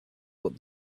what